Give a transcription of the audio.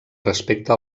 respecte